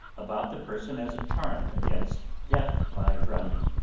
about the person as a charm against death by drowning.